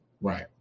Right